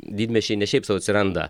didmiesčiai ne šiaip sau atsiranda